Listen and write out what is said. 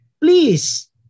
please